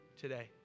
today